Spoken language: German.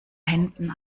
händen